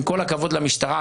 עם כל הכבוד למשטרה,